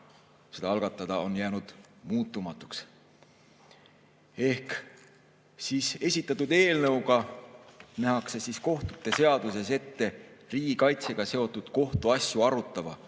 seda algatada jäänud muutumatuks. Esitatud eelnõuga nähakse kohtute seaduses ette riigikaitsega seotud kohtuasju arutava